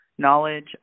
knowledge